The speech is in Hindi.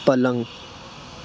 पलंग